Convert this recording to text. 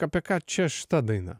apie ką čia šita daina